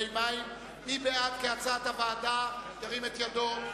מי בעד, כהצעת הוועדה, ירים את ידו.